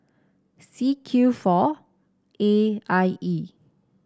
C Q four A I E